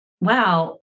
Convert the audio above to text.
wow